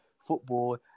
football